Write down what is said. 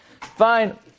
Fine